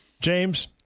James